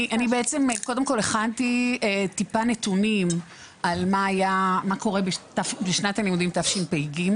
הכנתי טיפה נתונים על מה קורה בשנת הלימודים תשפ"ג,